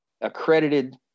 accredited